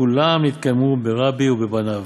כולם נתקיימו ברבי ובבניו".